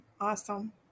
awesome